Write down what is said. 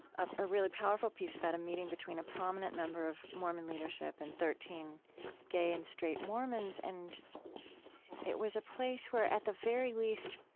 a a really powerful piece about a meeting between a prominent member of mormon leadership and thirteen gay and straight mormons. and it was a place where, at the very least,